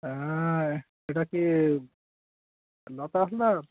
হ্যাঁ এটা কি লতা আসলার